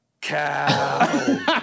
cow